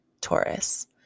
taurus